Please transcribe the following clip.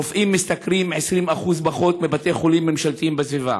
רופאים שמשתכרים 20% פחות מבבתי חולים ממשלתיים בסביבה.